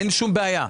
אין שום בעיה.